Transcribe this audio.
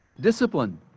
Discipline